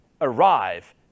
arrive